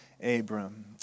Abram